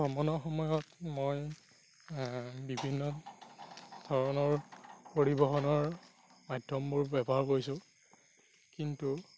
ভ্ৰমণৰ সময়ত মই বিভিন্ন ধৰণৰ পৰিবহণৰ মাধ্যমবোৰ ব্যৱহাৰ কৰিছোঁ কিন্তু